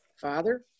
Father